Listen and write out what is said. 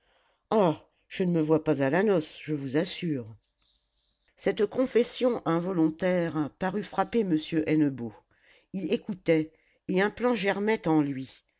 ah je ne me vois pas à la noce je vous assure cette confession involontaire parut frapper m hennebeau il écoutait et un plan germait en lui